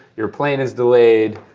your plane is delayed,